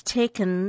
taken